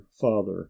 father